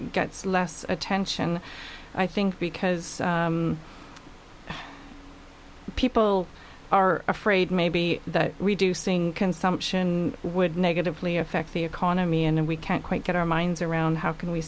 gets less attention i think because people are afraid maybe that reducing consumption would negatively affect the economy and we can't quite get our minds around how can we